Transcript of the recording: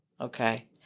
okay